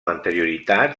anterioritat